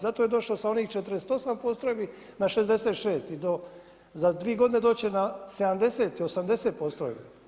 Zato je došlo sa onih 48 postrojbi na 66 i za dvije godine doći će na 70, 80 postrojbi.